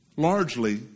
Largely